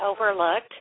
overlooked